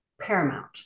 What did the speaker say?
paramount